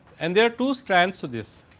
and their two stands to this.